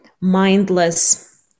mindless